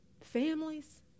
families